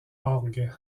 orgue